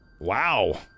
Wow